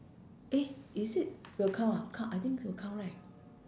eh is it will count ah count I think will count right